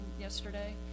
yesterday